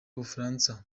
bufaransa